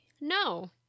No